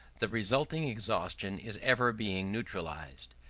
the resulting exhaustion is ever being neutralized.